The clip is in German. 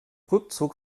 rückzug